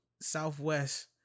southwest